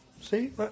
See